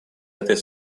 этой